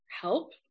help